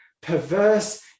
perverse